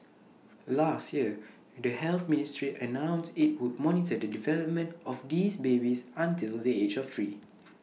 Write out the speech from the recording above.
last year the health ministry announced IT would monitor the development of these babies until the age of three